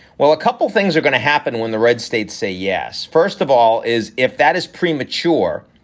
well, a couple of things are going to happen when the red states say yes. first of all is if that is premature,